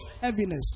heaviness